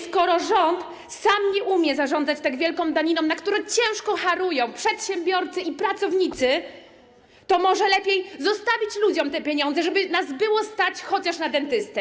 Skoro rząd sam nie umie zarządzać tak wielką daniną, na którą ciężko harują przedsiębiorcy i pracownicy, to może lepiej zostawić ludziom te pieniądze, żeby było nas stać chociaż na dentystę.